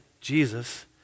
Jesus